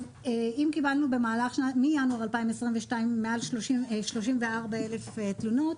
אם קיבלנו מינואר 2022 מעל 34,000 תלונות,